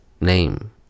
name